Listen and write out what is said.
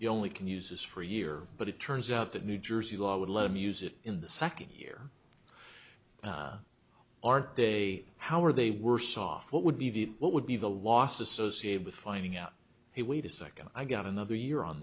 you only can use this for a year but it turns out that new jersey law would let him use it in the second year aren't they how are they worse off what would be the what would be the last associated with finding out he wait a second i got another year on